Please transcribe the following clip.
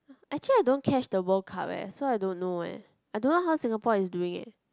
actually I don't catch the World Cup eh so I don't know eh I don't know how Singapore is doing eh